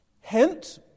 hint